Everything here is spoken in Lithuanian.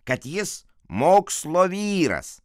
kad jis mokslo vyras